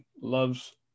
loves